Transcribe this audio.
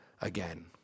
again